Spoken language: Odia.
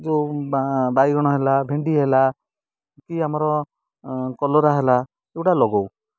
ଯେଉଁ ବାଇଗଣ ହେଲା ଭେଣ୍ଡି ହେଲା କି ଆମର କଲରା ହେଲା ଏଗୁଡ଼ା ଲଗଉ